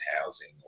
housing